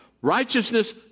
Righteousness